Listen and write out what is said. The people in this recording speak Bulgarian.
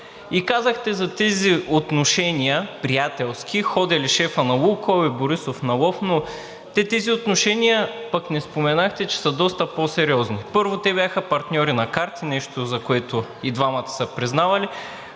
И казахте за тези приятелски отношения – шефът на „Лукойл“ и Борисов ходели на лов, но те, тези отношения, пък не споменахте, че са доста по-сериозни. Първо, те бяха партньори на карти, нещо, за което и двамата са признавали,